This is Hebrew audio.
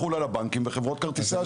יחול על הבנקים ועל חברות כרטיסי האשראי?